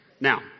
Now